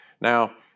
Now